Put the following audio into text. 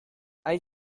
hain